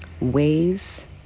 ways